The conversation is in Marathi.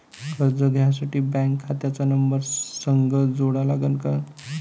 कर्ज घ्यासाठी बँक खात्याचा नंबर संग जोडा लागन का?